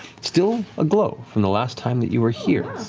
still aglow from the last time that you were here.